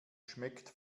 schmeckt